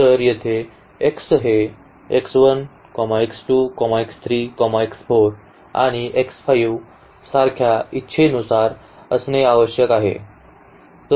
तर येथे x हे सारख्या इच्छेनुसार असणे आवश्यक आहे